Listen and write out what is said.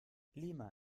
lima